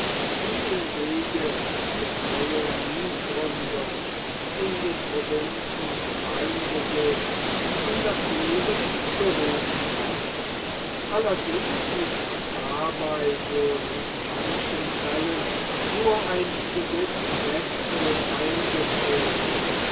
wie im wege der koloniegründung in den provinzen kleinbesitz in das leben gerufen worden allerdings ist dabei wohl in manchen fällen nur ein besitzwechsel eingetreten